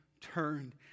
turned